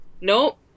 Nope